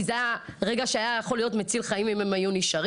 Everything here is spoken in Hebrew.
כי זה היה רגע שהיה יכול להיות מציל חיים אם הם היו נשארים.